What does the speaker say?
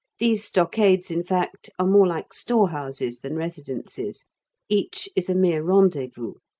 these stockades, in fact, are more like store-houses than residences each is a mere rendezvous.